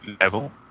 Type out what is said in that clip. level